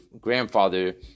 grandfather